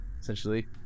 essentially